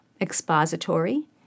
expository